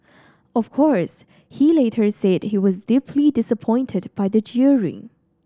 of course he later said he was deeply disappointed by the jeering